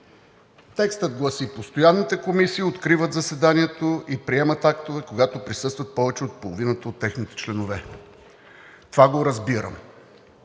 Текстът гласи: „Постоянните комисии откриват заседанието и приемат актове, когато присъстват повече от половината от техните членове.“ Това го разбирам.